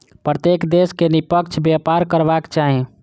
प्रत्येक देश के निष्पक्ष व्यापार करबाक चाही